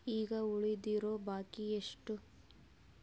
ಈಗ ಉಳಿದಿರೋ ಬಾಕಿ ಎಷ್ಟು?